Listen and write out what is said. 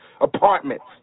apartments